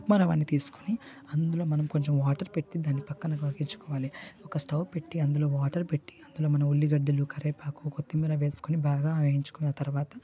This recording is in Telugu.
ఉప్మా రవ్వను తీసుకుని అందులో మనం కొంచెం వాటర్ పెట్టి దాన్ని పక్కన ఉడికించుకోవాలి ఒక స్టవ్ పెట్టి అందులో వాటర్ పెట్టి అందులో మనం ఉల్లిగడ్డలు కరివేపాకు కొత్తిమీర వేసుకొని బాగా వేయించుకున్న తర్వాత